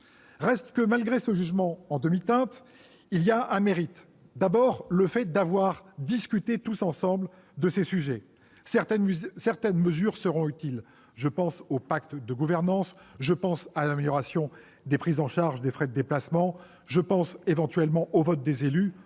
reste que, malgré ce jugement en demi-teinte, ce texte a le mérite de nous permettre de discuter tous ensemble de ces sujets. Certaines mesures seront utiles : je pense au pacte de gouvernance, à l'amélioration des prises en charge des frais de déplacement, éventuellement au vote des élus